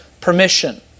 permission